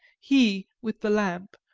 he, with the lamp,